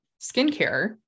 skincare